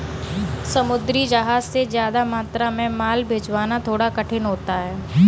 समुद्री जहाज से ज्यादा मात्रा में माल भिजवाना थोड़ा कठिन होता है